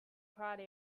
karate